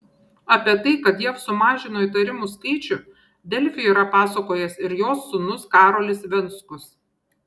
apie tai kad jav sumažino įtarimų skaičių delfi yra pasakojęs ir jos sūnus karolis venckus